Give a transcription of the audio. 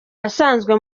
asanzwe